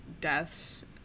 deaths